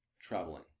traveling